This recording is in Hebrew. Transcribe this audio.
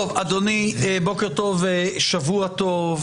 אדוני, בוקר טוב, שבוע טוב.